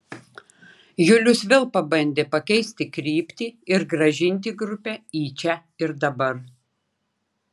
julius vėl pabandė pakeisti kryptį ir grąžinti grupę į čia ir dabar